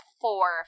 four